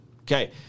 okay